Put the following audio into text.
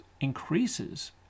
increases